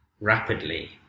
rapidly